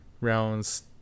rounds